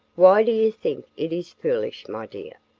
why do you think it is foolish, my dear?